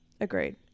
agreed